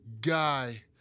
guy